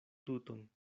tuton